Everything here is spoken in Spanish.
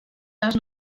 las